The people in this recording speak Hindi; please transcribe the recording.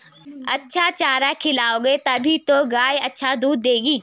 अच्छा चारा खिलाओगे तभी तो गाय अच्छा दूध देगी